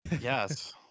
Yes